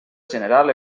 general